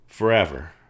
forever